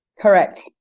Correct